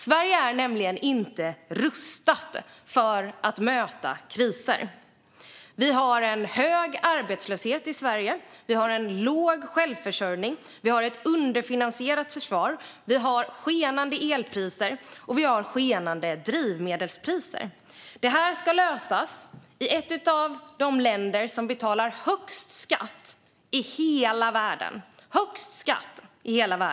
Sverige är nämligen inte rustat för att möta kriser. Det råder hög arbetslöshet i Sverige, låg självförsörjning, underfinansierat försvar, skenande elpriser och skenande drivmedelspriser. Det här ska lösas i ett av de länder där man betalar högst skatt i hela världen.